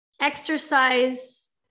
exercise